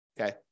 Okay